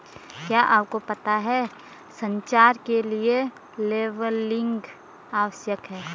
क्या आपको पता है संचार के लिए लेबलिंग आवश्यक है?